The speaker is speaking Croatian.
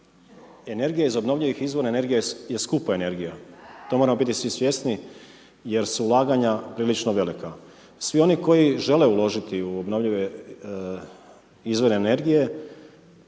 energija iz obnovljivih izvora, energija je skupa energija, to moramo biti svi svjesni jer su ulaganja prilično velika. Svi oni koji žele uložiti u obnovljive izvore energije